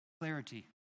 clarity